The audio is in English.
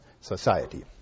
society